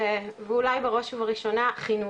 ואולי בראש ובראשונה, חינוך,